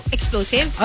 Explosive